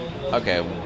Okay